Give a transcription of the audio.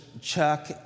Chuck